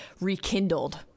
rekindled